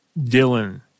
Dylan